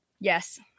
Yes